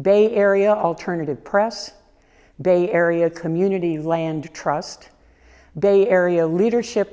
bay area alternative press bay area community land trust bay area leadership